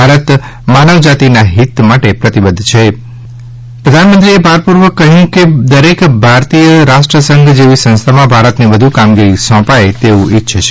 ભારત માનવજાતિના હિત માટે પ્રતિબદ્ધ છે એમ જણાવીને પ્રધાનમંત્રીએ ભારપૂર્વક કહ્યું કે દરેક ભારતીય રાષ્ટ્રસંઘ જેવી સંસ્થામાં ભારતને વધુ કામગીરી સોંપાય તેવું ઈચ્છે છે